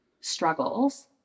struggles